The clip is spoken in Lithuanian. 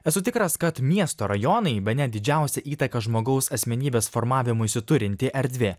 esu tikras kad miesto rajonai bene didžiausią įtaką žmogaus asmenybės formavimuisi turinti erdvė